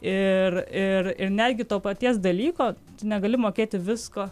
ir ir ir netgi to paties dalyko negali mokėti visko